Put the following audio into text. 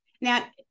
Now